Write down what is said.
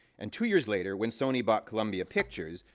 and two years later, when sony bought columbia pictures,